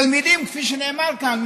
תלמידים, כפי שנאמר כאן.